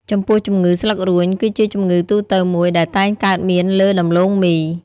ចំពោះជំងឺស្លឹករួញ គឺជាជំងឺទូទៅមួយដែលតែងកើតមានលើដំឡូងមី។